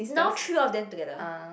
now three of them together